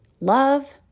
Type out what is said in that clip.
Love